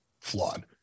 flawed